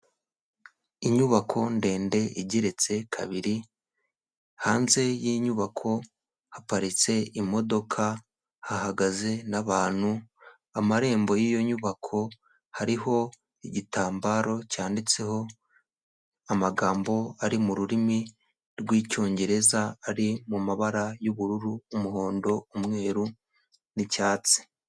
Inyubako ndende igeretse kabiri, hanze y'inyubako haparitse imodoka, hahagaze n'abantu, amarembo y'iyo nyubako hariho igitambaro cyanditseho amagambo ari mu rurimi rw'icyongereza ari mu mabara y'ubururu, umuhondo, umweru n'icyatsi.